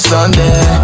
Sunday